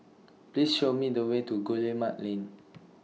Please Show Me The Way to Guillemard Lane